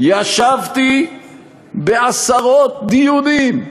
ישבתי בעשרות דיונים,